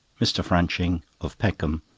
mr. franching, of peckham,